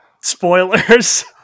spoilers